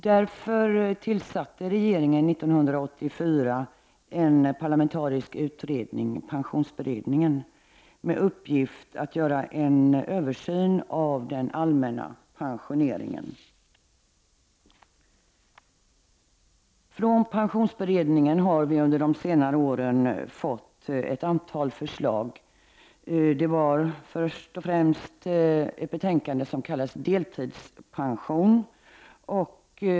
Därför tillsatte regeringen 1984 en parlamentarisk utredning, pensionsberedningen, med uppgift att göra en översyn av den allmänna pensioneringen. Från pensionsberedningen har vi under de senare åren fått ett antal förslag, först och främst ett betänkande om deltidspension.